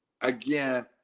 Again